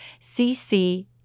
CC